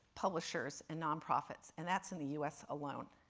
publishers, and nonprofits, and that's in the u s. alone.